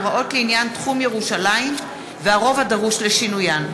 (הוראות לעניין תחום ירושלים והרוב הדרוש לשינוין).